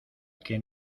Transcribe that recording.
que